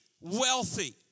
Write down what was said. wealthy